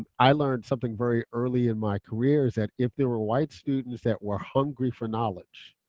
i learned something very early in my career that if there were white students that were hungry for knowledge,